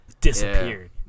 disappeared